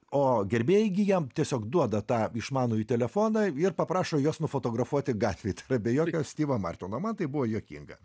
o gerbėjai gi jam tiesiog duoda tą išmanųjį telefoną ir paprašo juos nufotografuoti gatvėj tai yra be jokio styvo martino man tai buvo juokinga